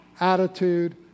attitude